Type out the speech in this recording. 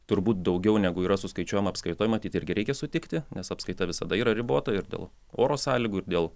turbūt daugiau negu yra suskaičiuojama apskaitoj matyt irgi reikia sutikti nes apskaita visada yra ribota ir dėl oro sąlygų ir dėl